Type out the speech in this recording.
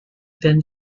then